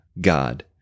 God